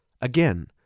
Again